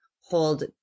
hold